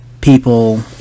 people